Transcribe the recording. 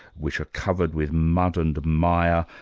which are covered with mud and mire.